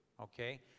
Okay